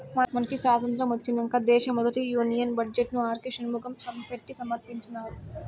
మనకి సాతంత్రం ఒచ్చినంక దేశ మొదటి యూనియన్ బడ్జెట్ ను ఆర్కే షన్మగం పెట్టి సమర్పించినారు